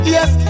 Yes